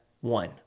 one